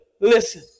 listen